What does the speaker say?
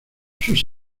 sus